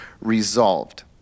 resolved